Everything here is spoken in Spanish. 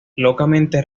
localmente